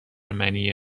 منی